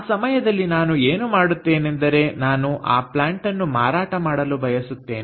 ಆ ಸಮಯದಲ್ಲಿ ನಾನು ಏನು ಮಾಡುತ್ತೇನೆಂದರೆ ನಾನು ಆ ಪ್ಲಾಂಟನ್ನು ಮಾರಾಟ ಮಾಡಲು ಬಯಸುತ್ತೇನೆ